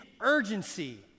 urgency